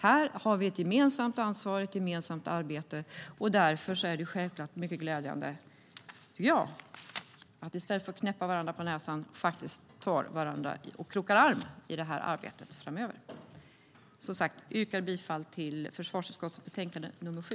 Här har vi ett gemensamt ansvar och ett gemensamt arbete, och därför är det självklart mycket glädjande att vi i stället för att knäppa varandra på näsan krokar arm i detta arbete framöver. Jag yrkar bifall till förslaget i försvarsutskottets betänkande nr 7.